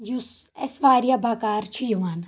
یُس اسہِ واریاہ بکار چھُ یِوان